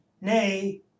Nay